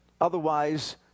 Otherwise